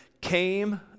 came